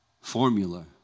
formula